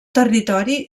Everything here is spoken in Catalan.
territori